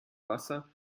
wasser